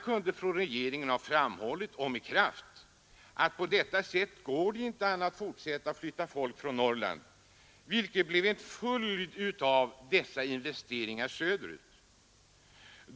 Regeringen kunde ha framhållit — och med kraft — att det inte går att fortsätta att flytta folket från Norrland på det sättet, vilket blev en följd av investeringarna söderut.